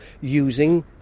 using